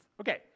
okay